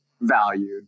valued